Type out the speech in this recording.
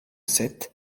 sept